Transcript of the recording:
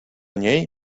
niej